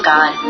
God